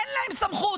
אין להם סמכות.